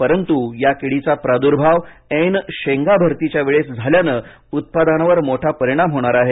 परंतू या किडीचा प्रादूर्भाव ऐन शेंगा भरतीच्या वेळेस झाल्याने उत्पादनावर मोठा परीणाम होणार आहे